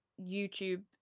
YouTube